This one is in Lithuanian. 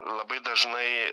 labai dažnai